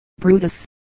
Brutus